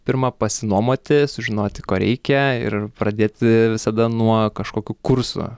pirma pasinuomoti sužinoti ko reikia ir pradėti visada nuo kažkokių kursų